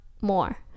more